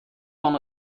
van